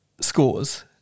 scores